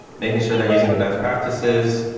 making sure they're using the best practices.